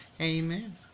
Amen